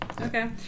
Okay